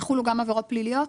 יחולו גם עבירות פליליות?